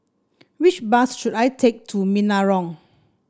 which bus should I take to Menarong